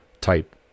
type